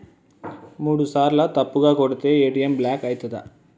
మూడుసార్ల తప్పుగా కొడితే ఏ.టి.ఎమ్ బ్లాక్ ఐతదా?